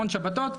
המון שבתות,